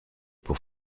pour